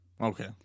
Okay